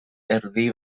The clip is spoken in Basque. erdi